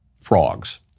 frogs